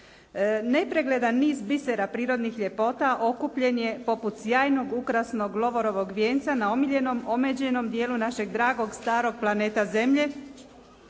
"Nepregledan niz bisera prirodnih ljepota okupljen je poput sjajnog ukrasnog lovorovog vijenca na omiljenom omeđenom dijelu našeg dragog starog planeta Zemlje